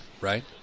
right